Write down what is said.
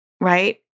right